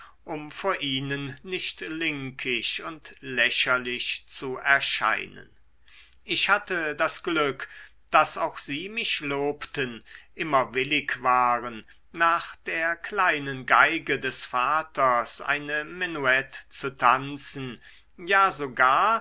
um vor ihnen nicht linkisch und lächerlich zu erscheinen ich hatte das glück daß auch sie mich lobten immer willig waren nach der kleinen geige des vaters eine menuett zu tanzen ja sogar